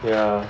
yeah